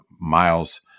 miles